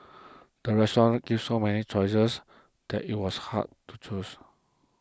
the restaurant gave so many choices that it was hard to choose